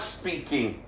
speaking